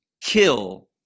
kill